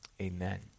amen